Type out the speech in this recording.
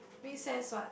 make sense what